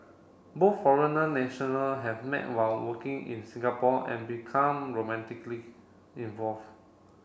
both foreigner nationals had met while working in Singapore and become romantically involved